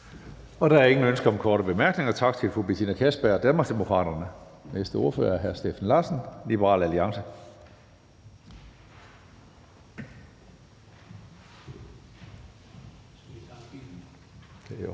Der er ingen ønsker om korte bemærkninger. Tak til fru Betina Kastbjerg, Danmarksdemokraterne. Næste ordfører er hr. Steffen Larsen, Liberal Alliance. Kl.